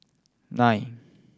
nine